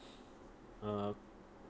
uh